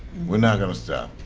we're not going to stop.